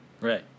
Right